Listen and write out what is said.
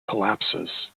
collapses